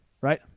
right